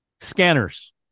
Scanners